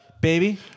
Baby